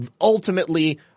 ultimately